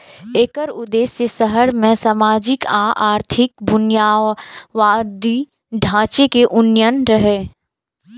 एकर उद्देश्य शहर मे सामाजिक आ आर्थिक बुनियादी ढांचे के उन्नयन रहै